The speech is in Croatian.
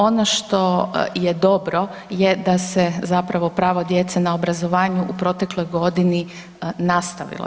Ono što je dobro, je da se zapravo pravo djece na obrazovanje u protekloj godini nastavilo.